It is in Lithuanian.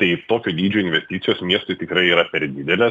tai tokio dydžio investicijos miestui tikrai yra per didelės